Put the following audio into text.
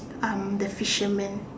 um the fisherman